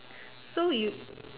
so you